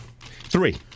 Three